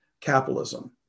capitalism